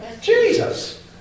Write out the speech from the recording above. Jesus